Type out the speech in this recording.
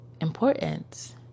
importance